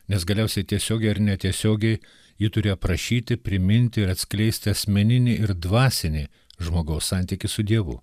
nes galiausiai tiesiogiai ar netiesiogiai ji turėjo prašyti priminti ir atskleisti asmeninį ir dvasinį žmogaus santykį su dievu